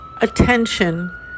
attention